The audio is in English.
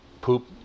poop